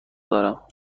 دارم